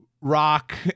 rock